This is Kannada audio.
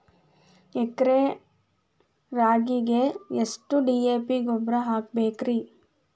ಎಕರೆ ರಾಗಿಗೆ ಎಷ್ಟು ಡಿ.ಎ.ಪಿ ಗೊಬ್ರಾ ಹಾಕಬೇಕ್ರಿ?